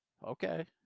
Okay